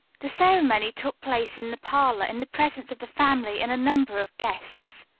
the ceremony took place in the parlor, in the presence of the family and a number of guests.